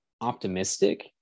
optimistic